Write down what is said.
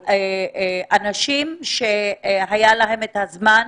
באנשים שהיה להם את הזמן,